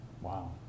Wow